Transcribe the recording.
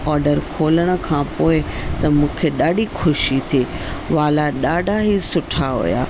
order खोलण खां पोइ त मूंखे ॾाढी ख़ुशी थी वाला ॾाढा ई सुठा हुआ